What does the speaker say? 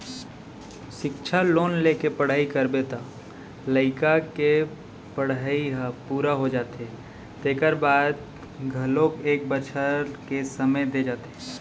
सिक्छा लोन लेके पढ़ई करबे त लइका के पड़हई ह पूरा हो जाथे तेखर बाद घलोक एक बछर के समे दे जाथे